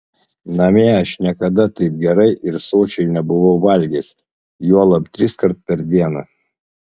namie aš niekada taip gerai ir sočiai nebuvau valgęs juolab triskart per dieną